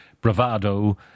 bravado